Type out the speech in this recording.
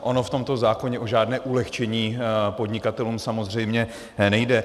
Ono v tomto zákoně o žádné ulehčení podnikatelům samozřejmě nejde.